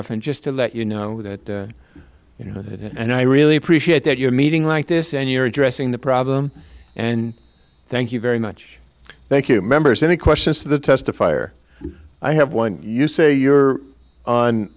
often just to let you know that you know it and i really appreciate that you're meeting like this and you're addressing the problem and thank you very much thank you members any questions the testifier i have one you say you're on